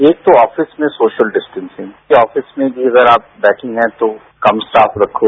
एक तो आफिस में सोशल डिस्टेंसिंग कि आफिस में भी अगर आप बैठे है तो कम स्टॉफ रखें